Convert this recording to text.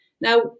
Now